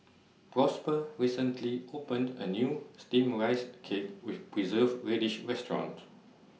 Prosper recently opened A New Steamed Rice Cake with Preserved Radish Restaurant